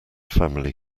family